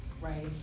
right